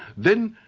then,